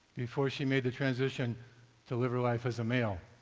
before she made a transition to live her life as a male.